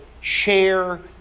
share